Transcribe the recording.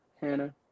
Hannah